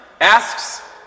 asks